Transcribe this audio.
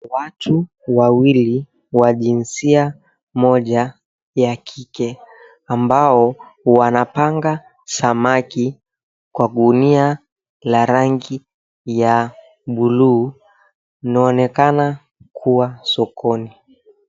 Watu wawili wa jinsia moja ya kike ambao wanapanga samaki kwa gunia la rangi ya buluu inaonekana kuwa sokoni.